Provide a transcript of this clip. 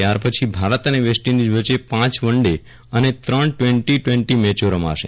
ત્યારપછી ભારત અને વેસ્ટઇડિઝ વચ્ચે પાંચ ર્વનડે અને ત્રણ ટવેન્ટી ટવેન્ટી મેચો રમાશે